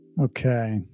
Okay